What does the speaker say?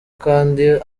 kandi